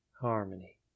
harmony